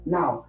Now